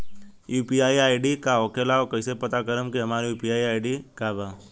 UPI ID का होखेला और कईसे पता करम की हमार यू.पी.आई आई.डी का बा?